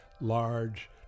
large